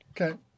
Okay